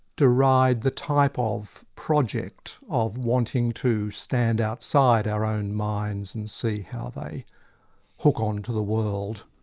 deride the type of project of wanting to stand outside our own minds and see how they hook on to the world.